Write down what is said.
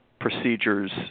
procedures